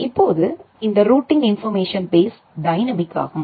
இப்போது இந்த routing information base dynamic ஆகும்